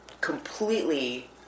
completely